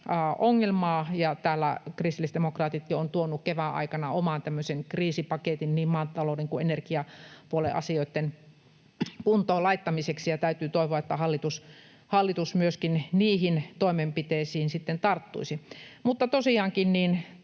ongelmaa. Täällä kristillisdemokraatit jo ovat tuoneet kevään aikana oman kriisipaketin niin maatalouden kuin energiapuolen asioitten kuntoon laittamiseksi, ja täytyy toivoa, että hallitus myöskin niihin toimenpiteisiin tarttuisi. Tosiaankin